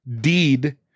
Deed